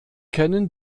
kennen